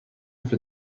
for